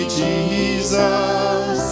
jesus